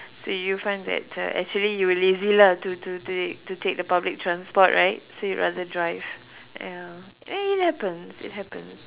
so you find that uh actually you were lazy lah to to to to take the public transport right so you rather drive ya eh it happens it happens